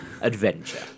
Adventure